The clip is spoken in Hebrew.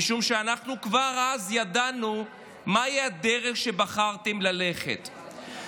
משום שאנחנו כבר אז ידענו מהי הדרך שבחרתם ללכת בה.